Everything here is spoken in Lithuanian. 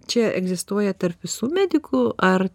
čia egzistuoja tarp visų medikų ar